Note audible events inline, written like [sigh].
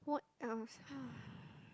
what else [breath]